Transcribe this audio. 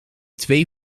twee